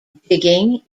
digging